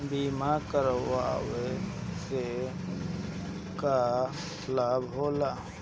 बीमा करावे से का लाभ होला?